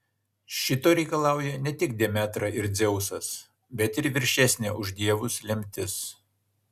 šito reikalauja ne tik demetra ir dzeusas bet ir viršesnė už dievus lemtis